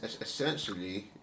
Essentially